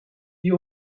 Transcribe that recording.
die